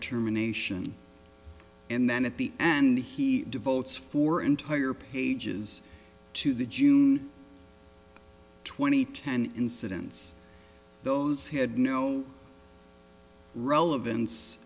ruination and then at the and he devotes four entire pages to the june twenty ten incidents those had no relevance